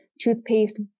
toothpaste